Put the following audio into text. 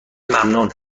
ممنون